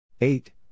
Eight